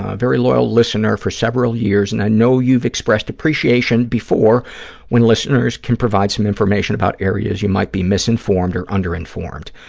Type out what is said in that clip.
ah very loyal listener for several years and i know you've expressed appreciation before when listeners can provide some information about areas you might be misinformed or under-informed.